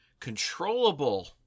controllable